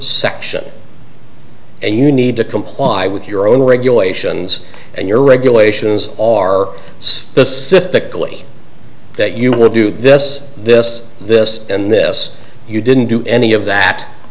section and you need to comply with your own regulations and your regulations are specifically that you would do this this this and this you didn't do any of that